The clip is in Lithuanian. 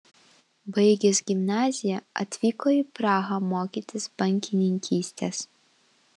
baigęs gimnaziją atvyko į prahą mokytis bankininkystės